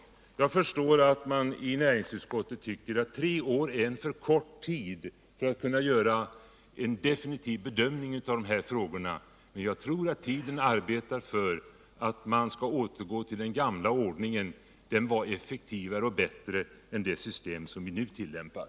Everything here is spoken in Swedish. Jag förstår att man inom näringsutskottet tycker att tre år är en för kort tid 170 för att kunna göra en definitiv bedömning av dessa frågor, men jag tror alt tiden arbetar för att man skall återgå till den gamla ordningen. Den var effektivare och bättre än det system som vi nu tillämpar.